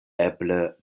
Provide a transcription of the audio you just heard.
eble